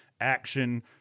action